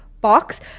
Box